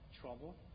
trouble